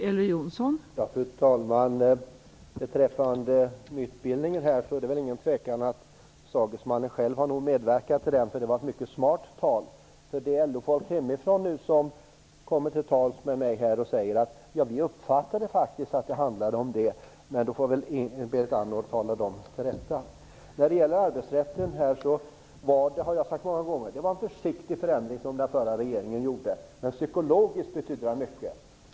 Fru talman! Beträffande mytbildningen är det väl ingen tvekan om att sagesmannen själv har medverkat till den. Det var ett mycket smart tal. De LO-folk hemifrån som nu kommer till tals med mig och säger att de faktiskt uppfattade att det var så här får väl Berit Andnor tala till rätta. När det gäller arbetsrätten har jag många gånger sagt att den förra regeringen gjorde en försiktig förändring, men att den psykologiskt betydde mycket.